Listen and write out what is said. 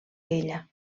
ella